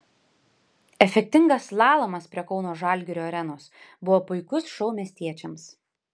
efektingas slalomas prie kauno žalgirio arenos buvo puikus šou miestiečiams